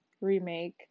remake